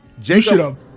Jacob